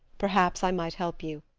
perhaps i might help you.